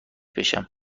بشم